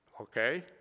okay